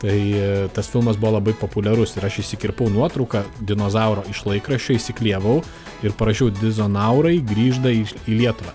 tai tas filmas buvo labai populiarus ir aš išsikirpau nuotrauką dinozauro iš laikraščio įsiklijavau ir parašiau dizonaurai grįžda į lietuvą